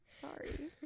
Sorry